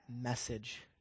message